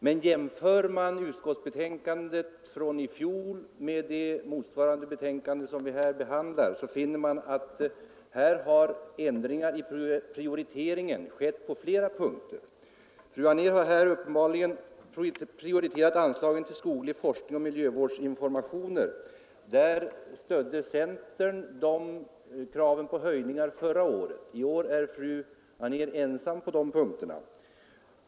Men jämför man utskottsbetänkandet från i fjol med motsvarande betänkande som vi nu behandlar, finner man att ändringar i prioriteringen skett på flera punkter. Fru Anér har uppenbarligen prioriterat anslagen till skoglig forskning och miljövårdsinformation. Centern stödde förra året kraven på höjningar i dessa avseenden. I år är fru Anér ensam på dessa punkter.